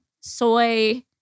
soy